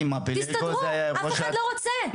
אף אחד לא רוצה.